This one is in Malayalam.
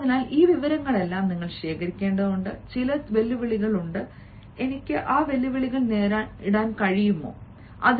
അതിനാൽ ഈ വിവരങ്ങളെല്ലാം ശേഖരിക്കേണ്ടതുണ്ട് ചില വെല്ലുവിളികൾ ഉണ്ട് എനിക്ക് ആ വെല്ലുവിളികളെ നേരിടാൻ കഴിയുമെങ്കിൽ